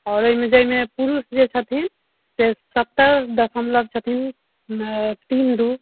आओर एहिमे जाहिमे पुरुष जे छथिन से सत्तर दसमलव छथिन अऽ तीनरु